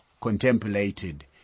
contemplated